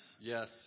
Yes